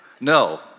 no